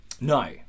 No